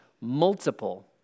multiple